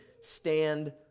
stand